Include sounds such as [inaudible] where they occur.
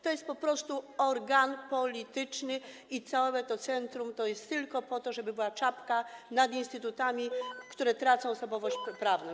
To jest po prostu organ polityczny i całe to centrum jest tylko po to, żeby była czapka nad instytutami, [noise] które tracą osobowość prawną.